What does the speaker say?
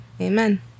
Amen